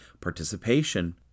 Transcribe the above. Participation